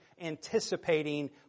anticipating